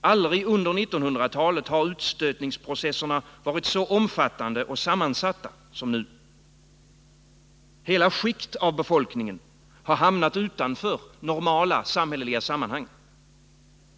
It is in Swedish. Aldrig under 1900-talet har utstötningsprocesserna varit så omfattande och så sammansatta som nu. Hela skikt av befolkningen har hamnat utanför normala samhälleliga sammanhang.